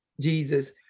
Jesus